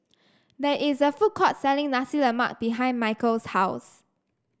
there is a food court selling Nasi Lemak behind Michale's house